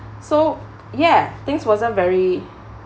so yeah things wasn't very